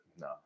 no